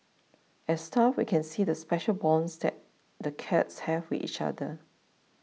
as staff we can see the special bonds that the cats have with each other